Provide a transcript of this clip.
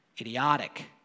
idiotic